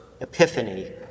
epiphany